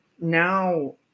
now